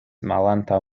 malantaŭ